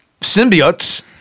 symbiotes